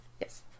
Yes